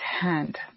hand